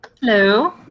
Hello